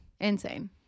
Insane